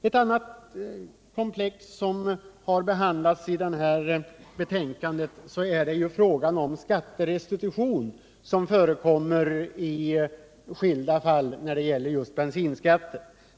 Ett annat komplex som har behandlats i utskottets betänkande är frågan om den skatterestitution som förekommer i skilda fall när det gäller bensinskatten.